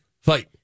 Fight